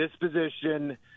disposition